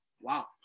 Wow